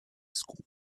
school